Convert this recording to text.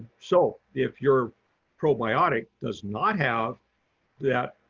so if your probiotic does not have that,